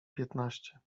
piętnaście